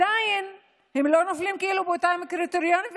הם לא נופלים באותם קריטריונים,